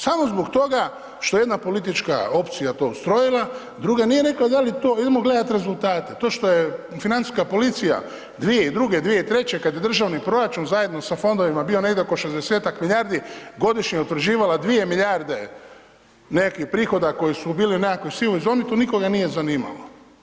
Samo zbog toga, što jedna politička opcija to ustrojila, druga nije rekla, idemo gledati rezultate, to što je financijska policije 2002., 2003. kada je državni proračun, zajedno sa fondovima bio negdje oko 60 milijardi, godišnje utvrđivala 2 milijarde nekih prihoda, koje su bili u nekakvoj sivoj zoni, to nikoga nije zanimalo.